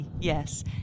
yes